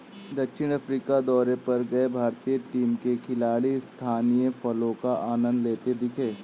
दक्षिण अफ्रीका दौरे पर गए भारतीय टीम के खिलाड़ी स्थानीय फलों का आनंद लेते दिखे